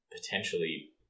potentially